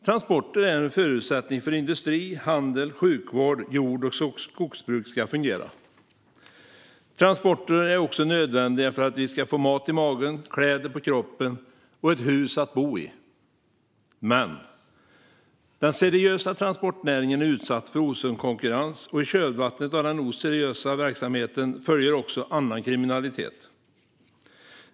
Transporter är en förutsättning för att industri, handel, sjukvård och jord och skogsbruk ska fungera. Transporter är också nödvändiga för att vi ska få mat i magen, kläder på kroppen och ett hus att bo i. Men den seriösa transportnäringen är utsatt för osund konkurrens, och i kölvattnet av den oseriösa verksamheten följer annan kriminalitet.